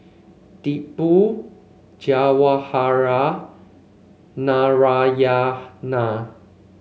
Tipu Jawaharlal and Narayana